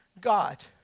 God